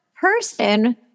person